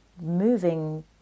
moving